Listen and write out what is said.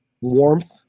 warmth